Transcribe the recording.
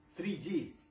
3G